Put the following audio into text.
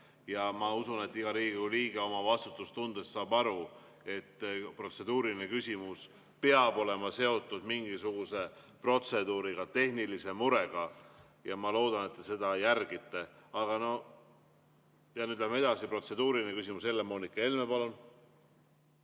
ja ma usun, et iga Riigikogu liige oma vastutustundes saab aru, et protseduuriline küsimus peab olema seotud mingisuguse protseduuriga, tehnilise murega, ja ma loodan, et te seda järgite. Aga nüüd läheme edasi. Protseduuriline küsimus, Helle‑Moonika Helme, palun!